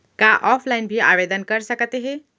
का ऑफलाइन भी आवदेन कर सकत हे?